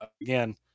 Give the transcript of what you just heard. again